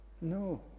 No